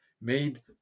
made